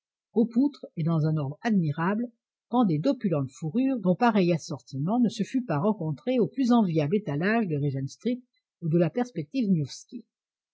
aux poutres et dans un ordre admirable pendaient d'opulentes fourrures dont pareil assortiment ne se fût pas rencontré aux plus enviables étalages de regent street ou de la perspective niewski